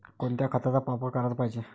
कोनच्या खताचा वापर कराच पायजे?